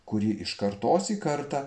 kurie iš kartos į kartą